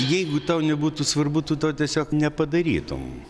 jeigu tau nebūtų svarbu tu to tiesiog nepadarytum